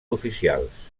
oficials